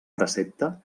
precepte